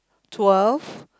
twelve